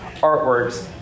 artworks